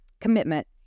commitment